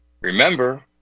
Remember